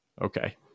Okay